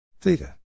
theta